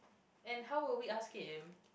and how will we ask him